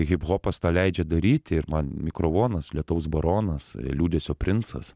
hiphopas tą leidžia daryti ir man mikrovonas lietaus baronas liūdesio princas